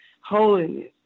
Holiness